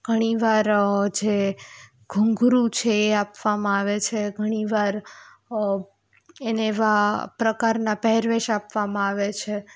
ઘણીવાર જે ઘૂંઘરું છે એ આપવામાં આવે છે ઘણીવાર એને એવાં પ્રકારના પહેરવેશ આપવામાં આવે છે